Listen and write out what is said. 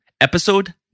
Episode